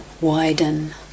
widen